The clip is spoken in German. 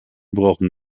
brauchen